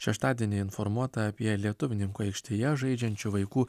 šeštadienį informuota apie lietuvininkų aikštėje žaidžiančių vaikų